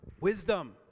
Wisdom